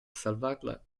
salvarla